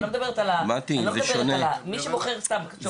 אני לא מדברת על מי שמוכר סתם שעונים,